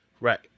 Right